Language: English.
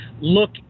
look